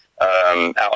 out